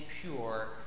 pure